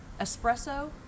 espresso